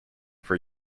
for